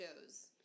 shows